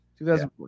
2014